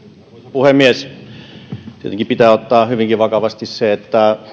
puhemies tietenkin pitää ottaa hyvinkin vakavasti se